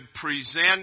present